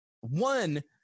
One